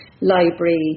library